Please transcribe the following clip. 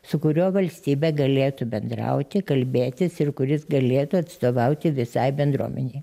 su kuriuo valstybė galėtų bendrauti kalbėtis ir kuris galėtų atstovauti visai bendruomenei